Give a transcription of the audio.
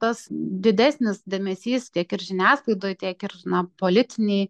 tas didesnis dėmesys tiek ir žiniasklaidoj tiek ir na politinėj